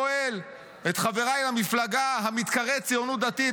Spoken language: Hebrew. ואני שואל את חבריי למפלגה המתקראת הציונות הדתית,